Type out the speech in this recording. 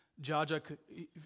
Jaja